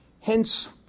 Hence